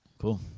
Cool